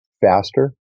faster